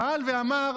שאל ואמר,